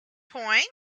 point